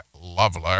lovely